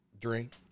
Drink